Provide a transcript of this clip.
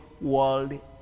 world